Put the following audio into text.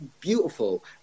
beautiful